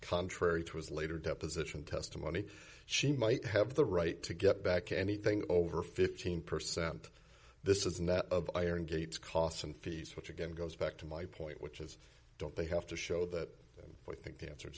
contrary to his later deposition testimony she might have the right to get back anything over fifteen percent this is net of iron gates costs and fees which again goes back to my point which is don't they have to show d that we think